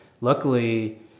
luckily